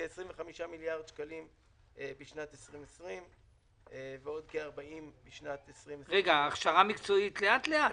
כ-25 מיליארד שקלים בשנת 2020 ועוד כ-40 בשנת 2021. לאט לאט,